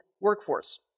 workforce